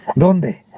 don't be